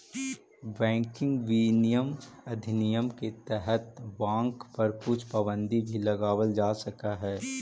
banking विनियमन अधिनियम के तहत बाँक पर कुछ पाबंदी भी लगावल जा सकऽ हइ